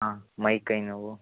ಹಾಂ ಮೈ ಕೈ ನೋವು